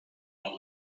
out